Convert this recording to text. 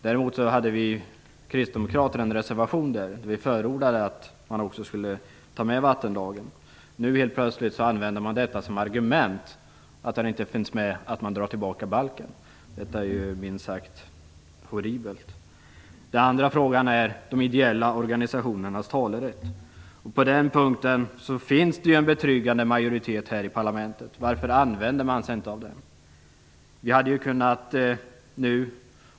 Däremot hade vi kristdemokrater en reservation som förordade att man tog med vattenlagen. Nu plötsligt använder man detta som argument för att förslaget inte finns med och för att man drar tillbaka miljöbalken. Detta är minst sagt horribelt. Det andra är de ideella organisationernas talerätt. På den punkten finns det en betryggande majoritet här i parlamentet. Varför använder man sig inte av den?